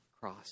cross